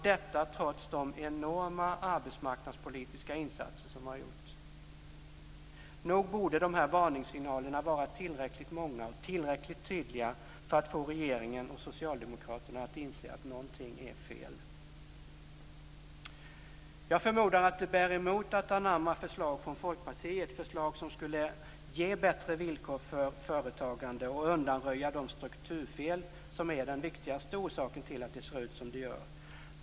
Detta trots de enorma arbetsmarknadspolitiska insatser som har gjorts. Nog borde de här varningssignalerna vara tillräckligt många och tillräckligt tydliga för att få regeringen och socialdemokraterna att inse att någonting är fel. Jag förmodar att det bär emot att anamma förslag från Folkpartiet, förslag som skulle ge bättre villkor för företagande och undanröja de strukturfel som är den viktigaste orsaken till att det ser ut som det gör.